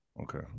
Okay